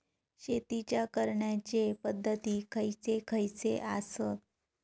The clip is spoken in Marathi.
शेतीच्या करण्याचे पध्दती खैचे खैचे आसत?